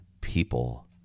people